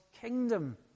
kingdom